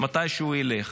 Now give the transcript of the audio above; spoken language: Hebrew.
מתי שהוא ילך.